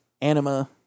Anima